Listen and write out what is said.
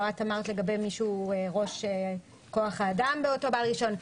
או את אמרת מי שהוא ראש כוח האדם אצל אותו בעל רישיון.